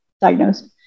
diagnosed